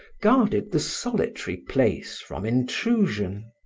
guarded the solitary place from intrusion.